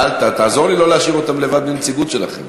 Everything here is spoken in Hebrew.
תעזור לי לא להשאיר אותם לבד בלי הנציגות שלכם.